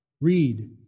Read